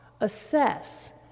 assess